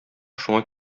шуңа